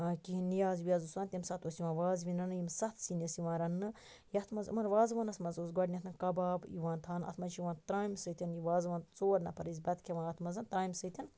کینٛہہ نیاز ویاز اوس آسان تَمہِ ساتہٕ اوس یِوان وازوان رَننہٕ یِم ستھ سیِن ٲسۍ یِوان رَننہٕ یتھ مَنٛز یِمَن وازوانَس مَنٛز اوس گۄڈنیٚتھ کَباب یِوان تھاونہٕ اتھ مَنٛز چھ یِوان ترامہِ سۭتۍ یہِ وازوان ژور نَفَر ٲسۍ بَتہٕ کھیٚوان اتھ مَنٛز ترامہِ سۭتۍ